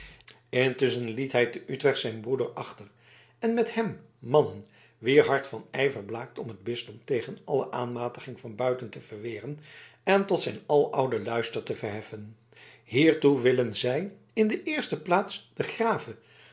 liet hij te utrecht zijn broeder robbert achter en met hem mannen wier hart van ijver blaakt om het bisdom tegen alle aanmatiging van buiten te verweren en tot zijn alouden luister te verheffen hiertoe willen zij in de eerste plaats den grave